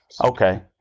Okay